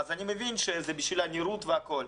אז אני מבין שזה בשביל הנראות והכול.